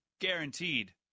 Guaranteed